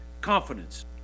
confidence